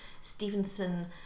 Stevenson